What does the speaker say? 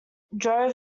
drove